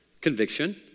Conviction